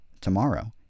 tomorrow